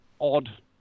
odd